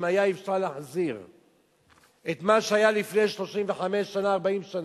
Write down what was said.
אם אפשר היה להחזיר את מה שהיה לפני 40-35 שנה,